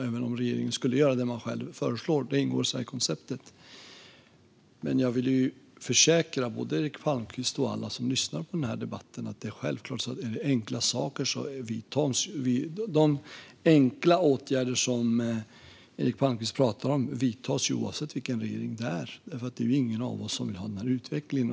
Även om regeringen faktiskt gör det man själv föreslår ingår det så att säga i konceptet. Men jag vill försäkra både Eric Palmqvist och alla som lyssnar på den här debatten om att de enkla åtgärder som Eric Palmqvist talar om vidtas oavsett vilken regering det handlar om. Det är ingen som vill ha någon annan utveckling.